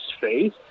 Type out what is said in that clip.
faith